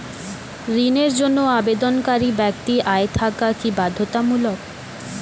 ঋণের জন্য আবেদনকারী ব্যক্তি আয় থাকা কি বাধ্যতামূলক?